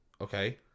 Okay